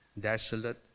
desolate